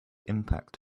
impact